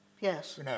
Yes